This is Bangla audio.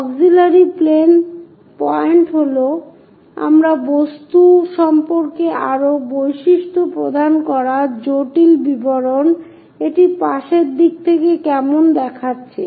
অক্সিলিয়ারি প্লেন পয়েন্ট হল আপনাকে বস্তু সম্পর্কে আরো বৈশিষ্ট্য প্রদান করা জটিল বিবরণ এটি পাশের দিকে কেমন দেখাচ্ছে